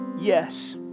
Yes